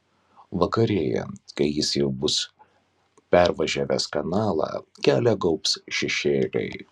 vakarėjant kai jis jau bus pervažiavęs kanalą kelią gaubs šešėliai